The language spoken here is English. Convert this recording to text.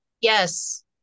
Yes